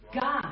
God